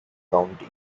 county